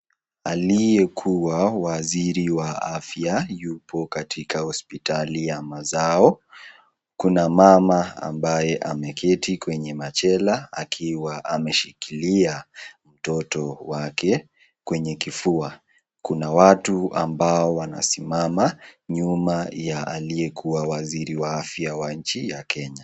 Aliyekuwa waziri wa afya yupo katika hospitali ya mazao, kuna mama ambaye ameketi kwenye machela akiwa ameshikilia mtoto wake kwenye kifua. Kuna watu ambao wanasimama nyuma ya aliyekuwa wsziri wa afya wa nchi ya Kenya.